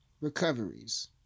recoveries